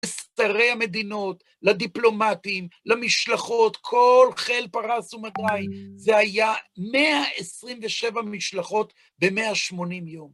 לשרי המדינות, לדיפלומטים, למשלחות, כל חיל פרס ומדי. זה היה 127 משלחות ב-180 יום.